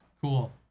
Cool